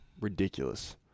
Ridiculous